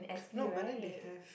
no but then they have